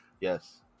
Yes